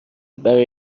برای